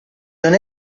non